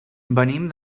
venim